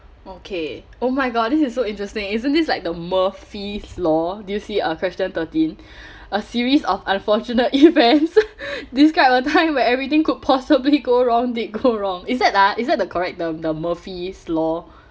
okay oh my god this is so interesting isn't this like the murphy's law do you see uh question thirteen a series of unfortunate events describe a time where everything could possibly go wrong did go wrong is that ah is that the correct the murphy's law